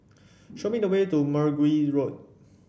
show me the way to Mergui Road